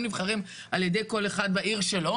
הם נבחרים על ידי כל אחד בעיר שלו,